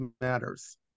matters